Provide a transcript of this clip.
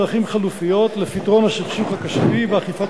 דרכים חלופיות לפתרון הסכסוך הכספי ולאכיפת